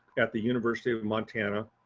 at the university of montana,